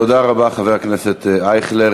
תודה רבה, חבר הכנסת ישראל אייכלר.